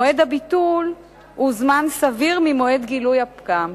מועד הביטול הוא זמן סביר ממועד גילוי הפגם.